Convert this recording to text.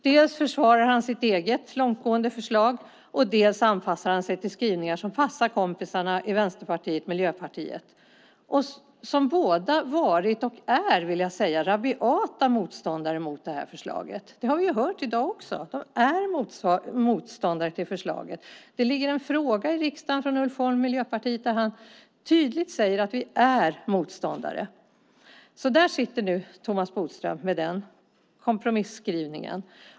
Dels försvarar han sitt eget långtgående förslag, dels anpassar han sig till skrivningar som passar kompisarna i Vänsterpartiet och Miljöpartiet. De har båda varit och är rabiata motståndare till förslaget. Det har vi hört också i dag. De är motståndare till förslaget. Det ligger en fråga i riksdagen från Ulf Holm i Miljöpartiet där han tydligt säger: Vi är motståndare. Där sitter nu Thomas Bodström med kompromisskrivningen.